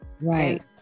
right